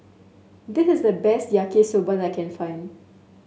this is the best Yaki Soba I can find